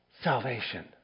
salvation